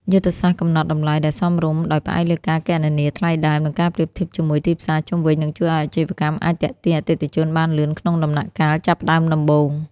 យុទ្ធសាស្ត្រកំណត់តម្លៃដែលសមរម្យដោយផ្អែកលើការគណនាថ្លៃដើម និងការប្រៀបធៀបជាមួយទីផ្សារជុំវិញ នឹងជួយឱ្យអាជីវកម្មអាចទាក់ទាញអតិថិជនបានលឿនក្នុងដំណាក់កាលចាប់ផ្ដើមដំបូង។